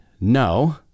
no